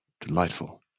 delightful